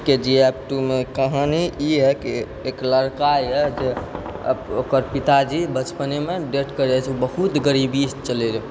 के जी एफ कहानी ई यऽ कि एक लड़का यऽ जे ओकर पिताजी बचपनेमे डेथ कऽ जाइ छै बहुत गरीबीसँ चलै रहै